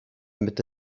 mitte